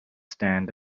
stand